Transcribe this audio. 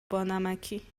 بانمکی